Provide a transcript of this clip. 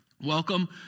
welcome